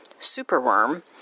superworm